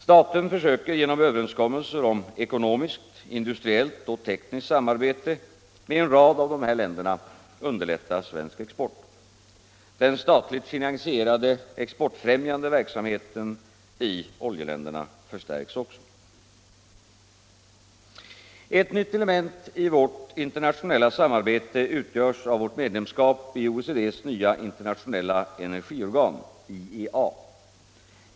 Staten försöker genom överenskommelser om ekonomiskt, industriellt och tekniskt samarbete med en rad av dessa länder underlätta svensk export. Den statligt finansierade exportfrämjande verksamheten i oljeländerna förstärks också. Ett nytt element i vårt internationella samarbete utgörs av vårt medlemskap i OECD:s nya internationella energiorgan, IEA.